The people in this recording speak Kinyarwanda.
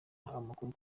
amakuru